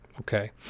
Okay